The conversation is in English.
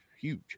huge